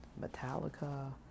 Metallica